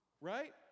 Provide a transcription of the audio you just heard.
Right